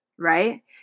Right